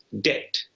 debt